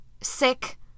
sick